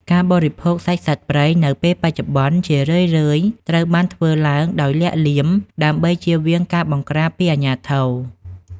ការបរិភោគសាច់សត្វព្រៃនៅពេលបច្ចុប្បន្ន ជារឿយៗត្រូវបានធ្វើឡើងដោយលាក់លៀម ដើម្បីជៀសវាងការបង្ក្រាបពីអាជ្ញាធរ។